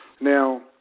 Now